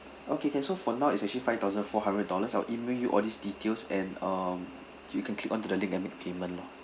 okay can so for now it's actually five thousand four hundred dollars I'll email you all these details and um you can click onto the link and make payment lah